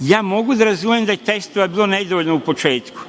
Ja mogu da razumem da je testova bilo nedovoljno u početku,